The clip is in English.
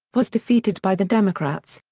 was defeated by the democrats.